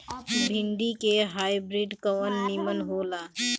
भिन्डी के हाइब्रिड कवन नीमन हो ला?